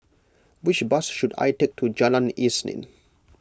which bus should I take to Jalan Isnin